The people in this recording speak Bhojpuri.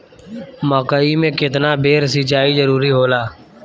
मकई मे केतना बेर सीचाई जरूरी होला?